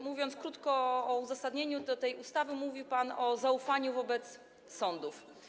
Mówiąc krótko o uzasadnieniu tej ustawy, powiedział pan o zaufaniu wobec sądów.